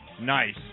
nice